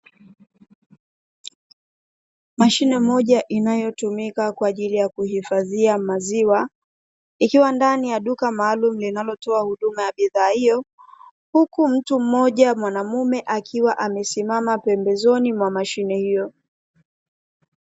Mashine moja inayotumika kwa ajili ya kuhifadhia maziwa, ikiwa ndani ya duka maalumu linalotoa huduma ya bidhaa hiyo, huku mtu mmoja mwanamume akiwa amesimama pembezoni mwa mashine hiyo.